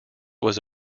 was